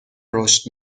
رشد